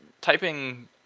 typing